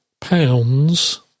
pounds